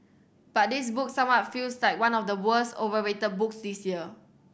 but this book somewhat feels like one of the worst overrated books this year